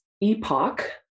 epoch